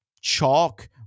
chalk